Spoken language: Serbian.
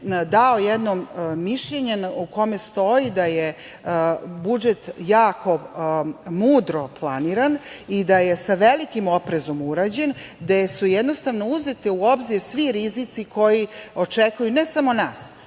dao jedno mišljenje u kome stoji da je budžet jako mudro planiran i da je sa velikim oprezom urađen, gde su uzeti u obzir svi rizici koji očekuju ne samo nas,